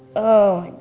oh